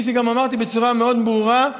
כפי שגם אמרתי בצורה מאוד ברורה,